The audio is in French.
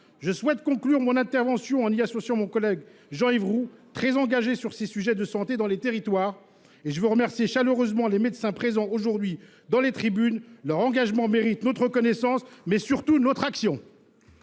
Je souhaite conclure mon intervention en y associant mon collègue Jean Yves Roux, très engagé sur ces sujets de santé dans les territoires. Et je veux remercier chaleureusement les médecins présents aujourd'hui dans les tribunes. Leur engagement mérite notre reconnaissance, mais surtout notre action.